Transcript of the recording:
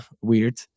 weird